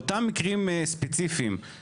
אותו חוקר עובד במשטרת ישראל.